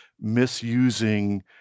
misusing